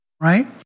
right